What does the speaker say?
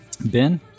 ben